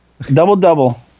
Double-double